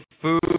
food